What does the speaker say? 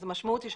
אז המשמעות היא,